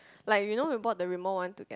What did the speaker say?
like you know we bought the Rimo one together